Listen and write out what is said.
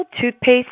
toothpaste